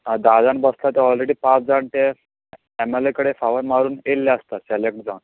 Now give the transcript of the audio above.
धा जाण बसतात ते ऑलरॅडी पांच जाण ते एम एल ए कडेन फावर मारून येयल्ले आसतात सॅलॅक्ट जावन